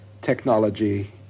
technology